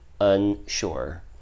unsure